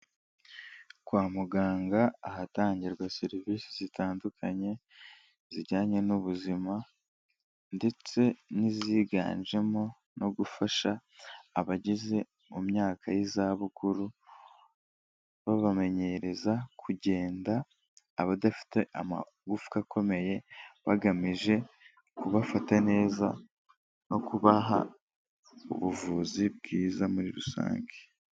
Kwa muganga ahatangirwa serivise zitandukanye zijyanye n'ubuzima ndetse n'iziganjemo no gufasha abageze mu myaka y'izabukuru, babamenyereza kugenda abadafite amagufwa akomeye, bagamije kubafata neza no kubaha ubuvuzi bwiza muri rusange.